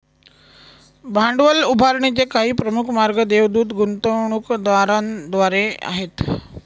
भांडवल उभारणीचे काही प्रमुख मार्ग देवदूत गुंतवणूकदारांद्वारे आहेत